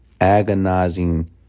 agonizing